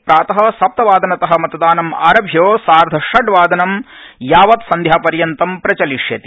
प्रात सप्तवादन मतदानम् आरभ्य सार्धषड्वादनं यावत् संध्यापर्यन्तं प्रचलिष्यति